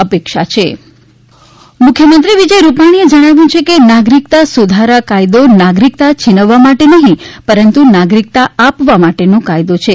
મ્રખ્યમંત્રી ઉદવાડા મુખ્યમંત્રી વિજય રૂપાણીએ જણાવ્યું કે નાગરિકતા સુધારા કાયદો નાગરિકતા છીનવવા માટે નહીં પરંતુ નાગરિકતા આપવા માટેનો કાયદો છે